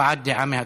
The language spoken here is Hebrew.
הבעת דעה מהצד.